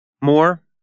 More